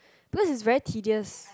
because it's very tedious